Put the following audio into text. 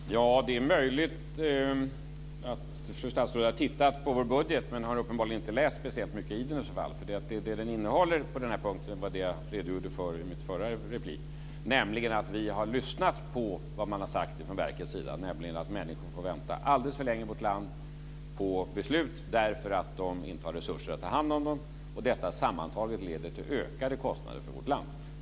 Fru talman! Ja, det är möjligt att fru statsråd har tittat på vår budget, men hon har uppenbarligen inte läst mycket i den i så fall, för som jag redogjorde för i min förra replik har vi lyssnat på vad man har sagt från verkets sida, nämligen att människor får vänta alldeles för länge i vårt land på beslut därför att man inte har resurser att ta hand om dem och att detta sammantaget leder till ökade kostnader för vårt land.